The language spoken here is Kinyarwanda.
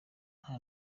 nta